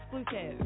exclusive